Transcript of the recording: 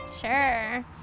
Sure